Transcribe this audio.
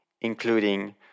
including